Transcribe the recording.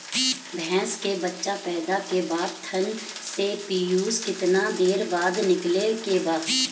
भैंस के बच्चा पैदा के बाद थन से पियूष कितना देर बाद निकले के बा?